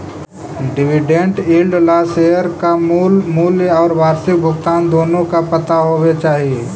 dividend yield ला share का मूल मूल्य और वार्षिक भुगतान दोनों का पता होवे चाही